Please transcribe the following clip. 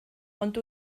ond